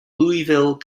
louisville